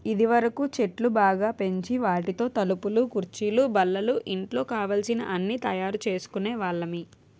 ఇదివరకు చెట్లు బాగా పెంచి వాటితో తలుపులు కుర్చీలు బల్లలు ఇంట్లో కావలసిన అన్నీ తయారు చేసుకునే వాళ్ళమి